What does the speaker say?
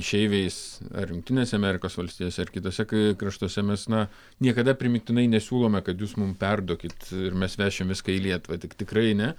išeiviais ar jungtinėse amerikos valstijose ar kituose kraštuose mes na niekada primygtinai nesiūlome kad jūs mum perduokit ir mes vešim viską į lietuvą tik tikrai ne